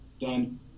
done